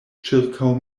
ĉirkaŭ